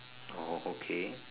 oh okay